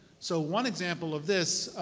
so one example of this,